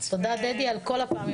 תודה דדי, על כל הפעמים